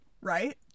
right